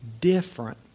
different